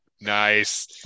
Nice